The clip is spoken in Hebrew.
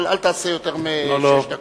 אבל אל תדבר יותר משש דקות.